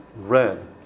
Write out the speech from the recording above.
red